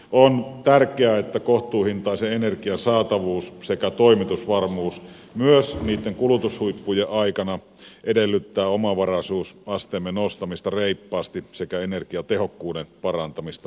on tärkeää että kohtuuhintaisen energian saatavuus sekä toimitusvarmuus myös niitten kulutushuippujen aikana edellyttävät omavaraisuusasteemme nostamista reippaasti sekä energiatehokkuuden parantamista totta kai